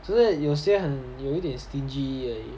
只是有些很有点 stingy